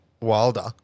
Wilder